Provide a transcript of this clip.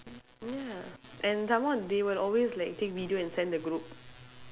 ya and some more they would always like take video and send the group